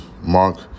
Mark